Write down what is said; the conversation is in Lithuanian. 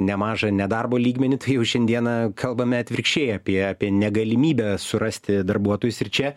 nemažą nedarbo lygmenį tai jau šiandieną kalbame atvirkščiai apie apie negalimybę surasti darbuotojus ir čia